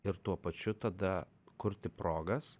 ir tuo pačiu tada kurti progas